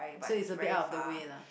so it's a bit out of the way lah